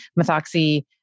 methoxy